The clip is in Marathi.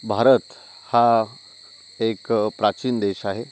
भारत हा एक प्राचीन देश आहे